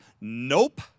Nope